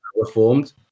reformed